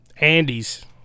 Andy's